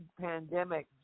pandemic